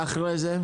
ואחרי זה?